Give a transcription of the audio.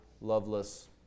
loveless